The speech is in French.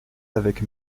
avec